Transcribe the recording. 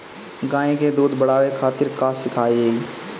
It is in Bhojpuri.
गाय के दूध बढ़ावे खातिर का खियायिं?